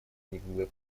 никогда